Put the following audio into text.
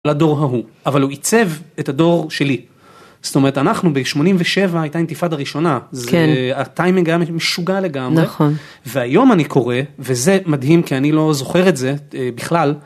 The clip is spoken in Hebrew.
לדור ההוא אבל הוא עיצב את הדור שלי זאת אומרת אנחנו ב 87 הייתה אינתיפאדה ראשונה זה הטיימינג היה משוגע לגמרי והיום אני קורא, וזה מדהים כי אני לא זוכר את זה בכלל.